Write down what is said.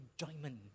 enjoyment